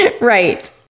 Right